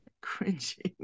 cringing